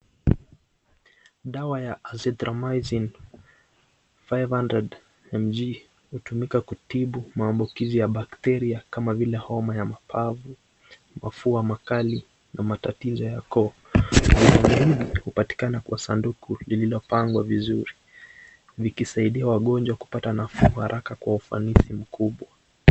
Dawa ya Azithromycin 500 mg hutumika kutibu maambukizi ya bakteria kama vile homa ya mapavu, mafua makali na matatizo ya koo. Dawa hili hupatikana kwa sanduku lililopangwa vizuri, likisaidia wagonjwa kupata nafuu haraka kwa ufanisi mkubwa.